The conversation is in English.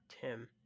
Tim